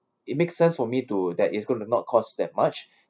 it make sense for me to that it is going to not cost that much